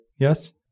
Yes